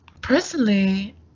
personally